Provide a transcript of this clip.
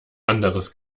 anderes